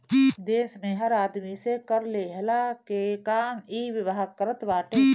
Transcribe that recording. देस के हर आदमी से कर लेहला के काम इ विभाग करत बाटे